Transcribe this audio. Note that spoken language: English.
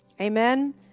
Amen